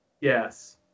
Yes